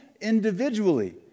individually